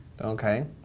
Okay